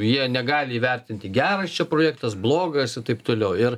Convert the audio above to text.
jie negali įvertinti geras čia projektas blogas ir taip toliau ir